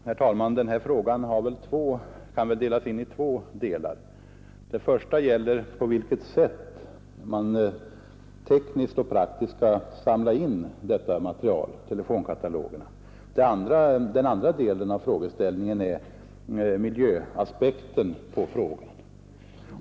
Herr talman! Den här frågan kan delas upp i två delar. Den första gäller på vilket sätt man tekniskt och praktiskt skall samla in telefonkatalogerna; den andra delen av frågeställningen är miljöaspekten.